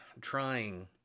trying